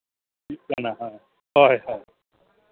ᱦᱳᱭ ᱦᱳᱭ